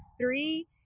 three